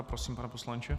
Prosím, pane poslanče.